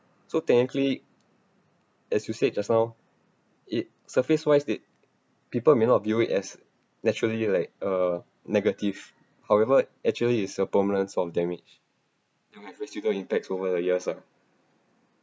so technically as you said just now it surface wise they people may not view it as naturally like uh negative however actually is a permanent sort of damage over the years lah